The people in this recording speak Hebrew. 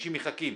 אנשים מחכים.